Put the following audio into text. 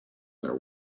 their